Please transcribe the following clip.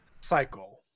Cycle